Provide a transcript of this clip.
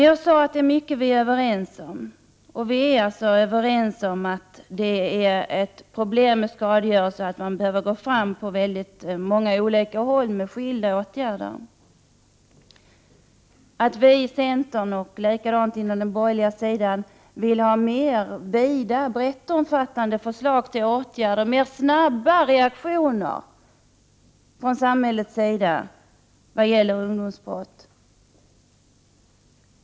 Jag sade att det är mycket som vi är överens om i utskottet, och det gäller alltså att skadegörelsen är ett sådant problem att man behöver gå fram på många olika håll med skilda åtgärder. Vi i centern och de andra partierna på den borgerliga sidan vill ha mer vida, brett omfattande förslag till åtgärder, med snabba reaktioner från samhällets sida vad gäller ungdomsbrott.